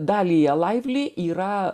dalija laivly yra